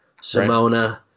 Simona